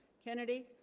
kennedy